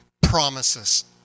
promises